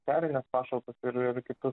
socialines pašalpas ir ir kitus